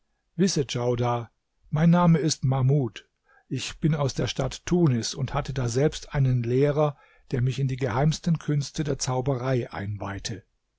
wisse djaudar mein name ist mahmud ich bin aus der stadt tunis und hatte daselbst einen lehrer der mich in die geheimsten künste der zauberei einweihte